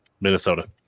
Minnesota